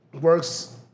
works